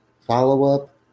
follow-up